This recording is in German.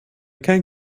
kein